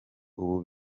ubu